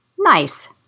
Nice